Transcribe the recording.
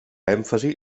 èmfasi